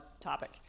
topic